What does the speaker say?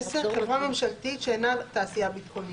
(10) חברה ממשלתית שאינה תעשייה ביטחונית,